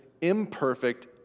imperfect